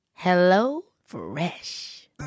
HelloFresh